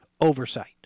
oversight